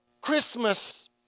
Christmas